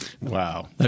Wow